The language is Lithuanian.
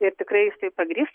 ir tikrai jis tai pagrįs